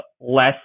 less